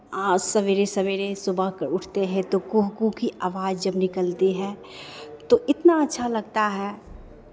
सवेरे सवेरे सुबह के उठते हैं तो कू कू की आवाज जब निकलती है तो इतना अच्छा लगता है